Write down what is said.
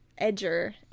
edger